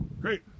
great